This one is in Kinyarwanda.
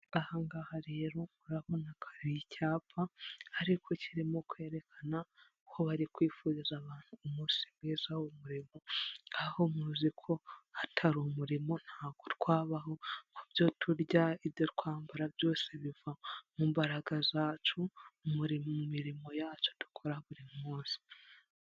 Aha ngaha rero urabona ko hari icyapa ariko kirimo kwerekana ko barikwifuriza abantu umunsi mwiza w'umurimo, aho muzi ko hatari umurimo ntabwo twabaho. Ku byo turya, ibyo twambara byose biva mu mbaraga zacu, mu mirimo yacu dukora buri munsi.